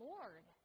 Lord